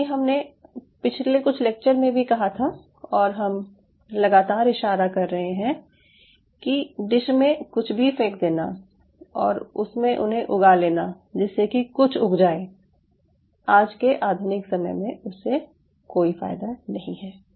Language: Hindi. जैसा कि हमने पिछले कुछ लेक्चर में भी कहा था और हम लगातार इशारा कर रहे हैं कि डिश में कुछ भी फ़ेंक देना और उसमें उन्हें उगा लेना जिससे कि कुछ उग जाये आज के आधुनिक समय में उससे कोई फायदा नहीं है